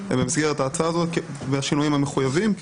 ובמסגרת ההצעה הזאת והשינויים המחויבים.